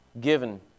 given